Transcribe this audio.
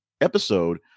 episode